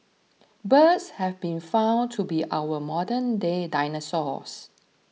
birds have been found to be our modern day dinosaurs